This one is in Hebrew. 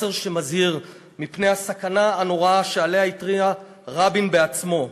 מסר שמזהיר מפני הסכנה הנוראה שעליה התריע רבין בעצמו,